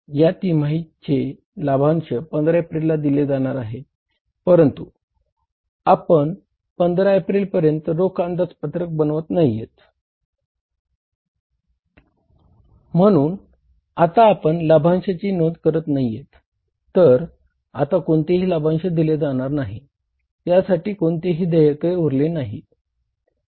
ह्या तिमाहीचे लाभांश 15 एप्रिलला देणे आहे परंतु आपण 15 एप्रिल पर्यंत रोख अंदाजपत्रक बनवत नाहीयेत म्हणून आता आपण लाभांशाची नोंद करत नाहीयेत तर आता कोणताही लाभांश दिला जाणार नाही यासाठी कोणतेही देय उरले नाही